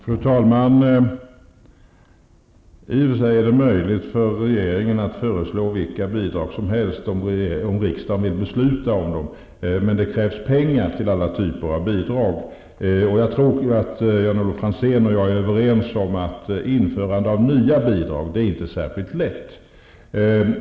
Fru talman! Det är i och för sig möjligt för regeringen att föreslå vilka bidrag som helst om riksdagen vill besluta om dem. Det krävs pengar till alla typer av bidrag. Jag tror att Jan-Olof Franzén och jag är överens om att det inte är särskilt lätt att införa nya bidrag.